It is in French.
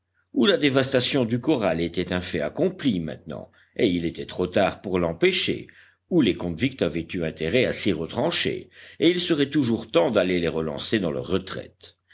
ou la dévastation du corral était un fait accompli maintenant et il était trop tard pour l'empêcher ou les convicts avaient eu intérêt à s'y retrancher et il serait toujours temps d'aller les relancer dans leur retraite